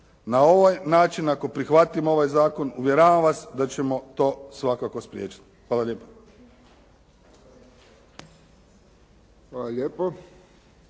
Na ovaj način ako prihvatimo ovaj zakon uvjeravam vas da ćemo to svakako spriječiti. Hvala lijepa.